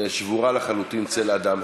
היא שבורה לחלוטין, צל אדם.